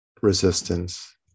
resistance